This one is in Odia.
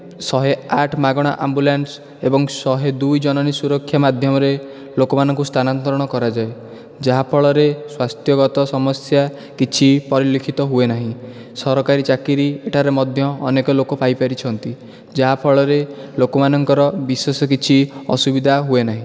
ଶହେଆଠ ମାଗଣା ଆମ୍ବୁଲାନ୍ସ ଏବଂ ଶହେଦୁଇ ଜନନୀ ସୁରକ୍ଷା ମାଧ୍ୟମରେ ଲୋକ ମାନଙ୍କୁ ସ୍ଥାନାନ୍ତରଣ କରାଯାଏ ଯାହାଫଳରେ ସ୍ୱାସ୍ଥ୍ୟଗତ ସମସ୍ୟା କିଛି ପରିଲିକ୍ଷିତ ହୁଏ ନାହିଁ ସରକାରୀ ଚାକିରୀ ଏଠାରେ ମଧ୍ୟ ଅନେକ ଲୋକ ପାଇ ପାରିଛନ୍ତି ଯାହାଫଳରେ ଲୋକମାନଙ୍କର ବିଶେଷ କିଛି ଅସୁବିଧା ହୁଏ ନାହିଁ